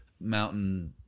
mountain